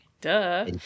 Duh